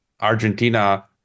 Argentina